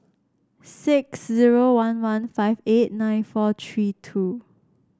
six zero one one five eight nine four tree two